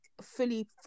fully